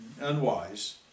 unwise